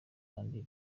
kandi